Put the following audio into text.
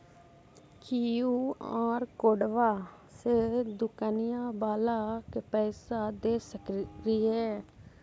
QR कोडबा से दुकनिया बाला के पैसा दे सक्रिय?